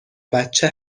بچه